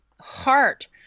heart